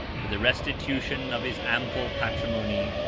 to the restitution of his ample patrimony,